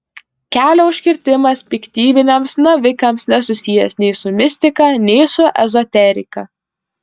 kelio užkirtimas piktybiniams navikams nesusijęs nei su mistika nei su ezoterika